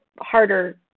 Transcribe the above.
harder